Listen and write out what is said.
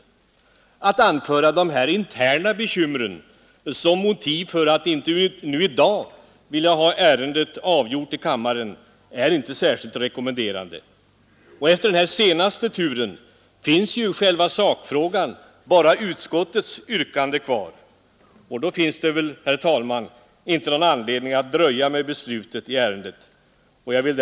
Att anföra dessa interna bekymmer som motiv för att inte nu i dag vilja ha ärendet avgjort i kammaren är inte särskilt rekommenderande. Efter den senaste turen finns ju i själva sakfrågan bara utskottets yrkande kvar. Då finns ju heller ingen anledning att dröja med beslutet i detta ärende. Herr talman!